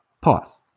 pause